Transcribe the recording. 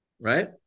Right